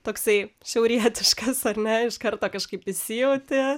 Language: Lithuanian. toksai šiaurietiškas ar ne iš karto kažkaip įsijauti